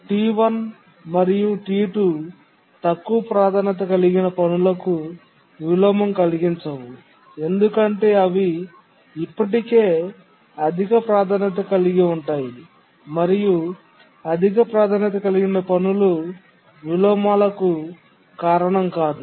T1 మరియు T2 తక్కువ ప్రాధాన్యత కలిగిన పనులకు విలోమం కలిగించవు ఎందుకంటే అవి ఇప్పటికే అధిక ప్రాధాన్యత కలిగివుంటాయి మరియు అధిక ప్రాధాన్యత కలిగిన పనులు విలోమాలకు కారణం కాదు